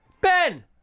Ben